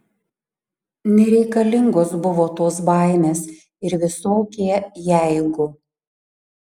nereikalingos buvo tos baimės ir visokie jeigu